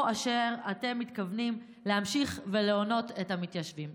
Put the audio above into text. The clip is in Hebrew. או שאתם מתכוונים להמשיך להונות את המתיישבים?